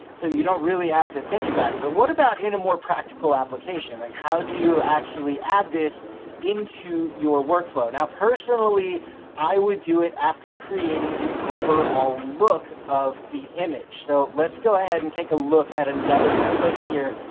so you don't really have to think about it. but what about in a more practical application? like how do you actually add this into your workflow. now personally i would do it after creating the overall look of the image. so let's go ahead and take a look at another clip here.